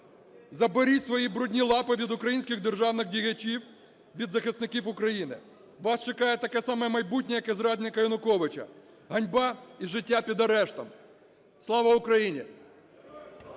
заберіть свої брудні лапи від українських державних діячів, від захисників України, ваш чекає таке саме майбутнє, як і зрадника Януковича: ганьба і життя під арештом. Слава Україні!